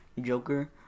Joker